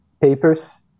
Papers